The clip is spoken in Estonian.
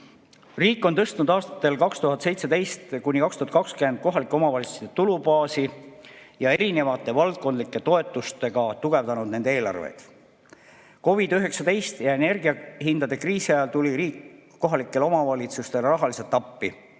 Riik on tõstnud aastatel 2017–2020 kohalike omavalitsuste tulubaasi ja valdkondlike toetustega tugevdanud nende eelarveid. COVID-19 ja energiahindade kriisi ajal tuli riik kohalikele omavalitsustele rahaliselt appi.